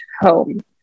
home